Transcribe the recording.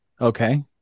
okay